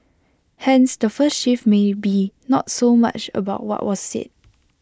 hence the first shift may be not so much about what was said